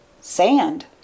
Sand